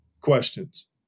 questions